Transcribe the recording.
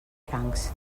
francs